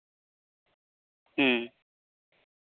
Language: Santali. ᱦᱩᱸ